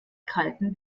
kalten